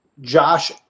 Josh